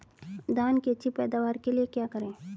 धान की अच्छी पैदावार के लिए क्या करें?